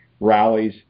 Rallies